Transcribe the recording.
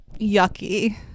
yucky